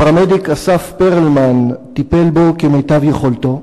הפרמדיק אסף פרלמן טיפל בו כמיטב יכולתו,